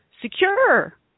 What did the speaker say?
secure